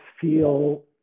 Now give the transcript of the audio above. feel